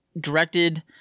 directed